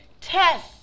Test